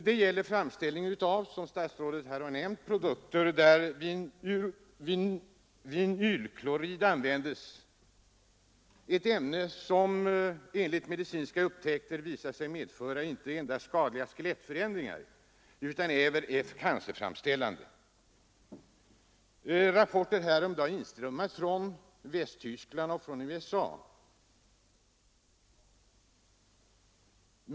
Det gäller framställning av produkter där vinylklorid används, ett ämne som enligt medicinska upptäckter visat sig inte endast medföra skadliga skelettförändringar, utan även vara cancerframkallande. Rapporter härom har inströmmat från Västtyskland och från USA.